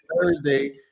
Thursday